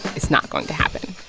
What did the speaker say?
it's not going to happen.